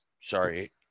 sorry